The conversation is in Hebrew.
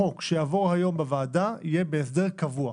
החוק שיעבור היום בוועדה יהיה בהסדר קבוע.